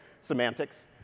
semantics